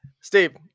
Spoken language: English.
Steve